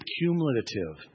cumulative